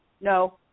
No